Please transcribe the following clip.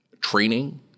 training